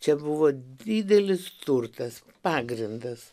čia buvo didelis turtas pagrindas